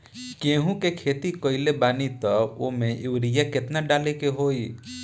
गेहूं के खेती कइले बानी त वो में युरिया केतना डाले के होई?